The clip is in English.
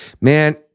Man